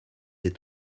est